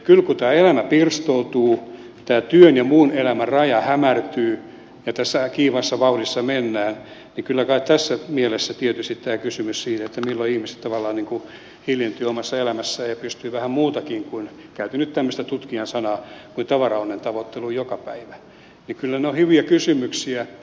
kun tämä elämä pirstoutuu tämä työn ja muun elämän raja hämärtyy ja tässä kiivaassa vauhdissa mennään niin kyllä kai tässä mielessä tietysti tämä kysymys siitä milloin ihmiset tavallaan niin kuin hiljentyvät omassa elämässään ja pystyvät vähän muuhunkin kuin käytän nyt tämmöistä tutkijan sanaa tavaraonnen tavoitteluun joka päivä on hyvä kysymys